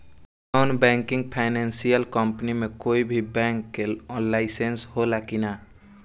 Non banking financial company मे कोई भी बैंक के लाइसेन्स हो ला कि ना?